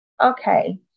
okay